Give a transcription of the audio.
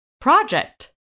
project